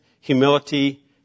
humility